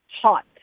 hot